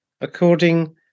according